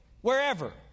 wherever